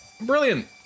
Brilliant